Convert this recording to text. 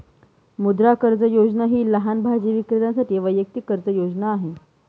मुद्रा कर्ज योजना ही लहान भाजी विक्रेत्यांसाठी वैयक्तिक कर्ज योजना आहे